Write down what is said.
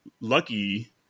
lucky